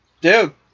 dude